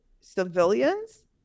civilians